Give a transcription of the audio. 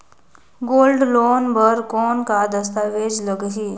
Gold loan बर कौन का दस्तावेज लगही?